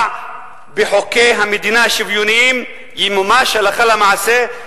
בחוקי המדינה השוויוניים ימומש הלכה למעשה,